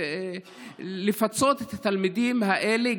ולפצות את התלמידים האלה,